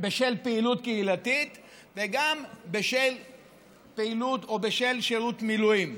בשל פעילות קהילתית וגם בשל שירות מילואים,